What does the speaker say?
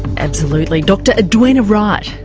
absolutely. dr edwina wright,